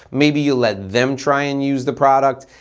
maybe you let them try and use the product.